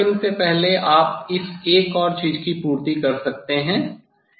इसकी प्लॉटिंग से पहले आप इस एक और चीज की पूर्ति कर सकते हैं